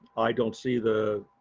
i don't see the